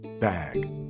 Bag